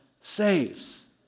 saves